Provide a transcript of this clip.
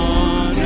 on